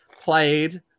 played